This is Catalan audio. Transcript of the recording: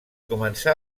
començà